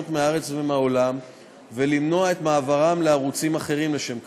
מהארץ ומהעולם ולמנוע את מעברם לערוצים אחרים לשם כך.